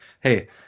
hey